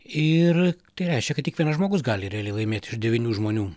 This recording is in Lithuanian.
ir tai reiškia kad tik vienas žmogus gali realiai laimėti iš devynių žmonių